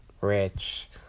rich